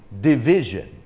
division